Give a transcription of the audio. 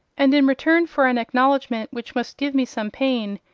and in return for an acknowledgment, which must give me some pain,